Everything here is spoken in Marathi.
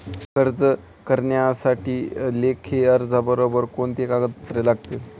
कर्ज करण्यासाठी लेखी अर्जाबरोबर कोणती कागदपत्रे लागतील?